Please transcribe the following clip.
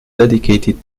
dedicated